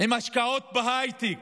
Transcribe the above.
עם השקעות בהייטק,